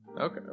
okay